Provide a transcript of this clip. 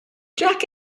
jack